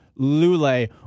Lule